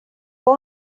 jag